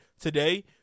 today